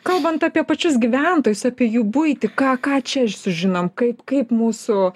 kalbant apie pačius gyventojus apie jų buitį ką ką čia sužinom kaip kaip mūsų